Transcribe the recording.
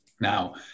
Now